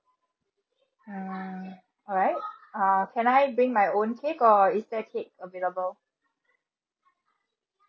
hmm alright uh can I bring my own cake or is there cake available